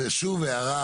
זו שוב הערה,